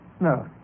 No